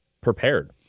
prepared